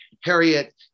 Harriet